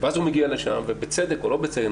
ואז הוא מגיע לשם ובצדק או לא בצדק,